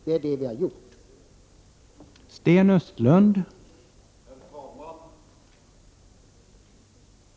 Det är det vi har ställt oss bakom.